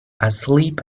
asleep